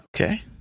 Okay